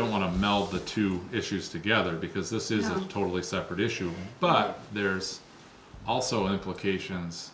don't want to meld the two issues together because this is a totally separate issue but there's also implications